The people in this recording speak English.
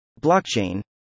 Blockchain